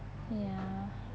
ya